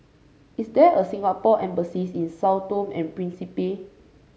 is there a Singapore Embassy in Sao Tome and Principe